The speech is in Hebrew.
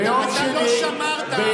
אתה לא שמרת עליי כשהפריעו לי שעה ארוכה.